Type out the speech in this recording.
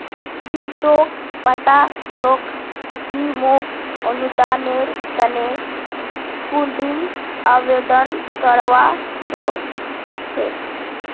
की तोक पता छोक कि मोक अनुदानेर तने कुंठिन आवेदन करवा हो छेक